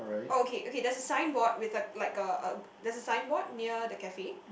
oh okay okay there's a signboard with a like a a there's a signboard near the cafe